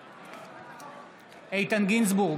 בעד איתן גינזבורג,